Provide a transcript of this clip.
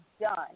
done